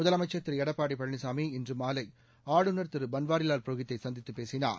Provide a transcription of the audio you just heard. முதலமைச்சா் திரு எடப்பாடி பழனிசாமி இன்று மாலை ஆளுநர் திரு பன்வாரிவால் புரோஹித்தை சந்தித்து பேசினார்